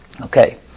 Okay